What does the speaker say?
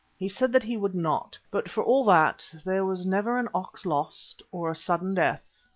he said that he would not, but for all that there was never an ox lost, or a sudden death,